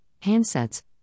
handsets